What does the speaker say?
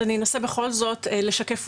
אז אני אנסה בכל זאת לשקף,